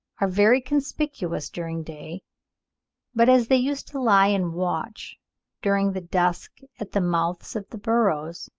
are very conspicuous during day but as they used to lie in watch during the dusk at the mouths of the burrows,